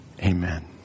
Amen